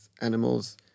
animals